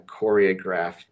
choreographed